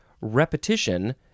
repetition